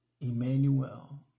Emmanuel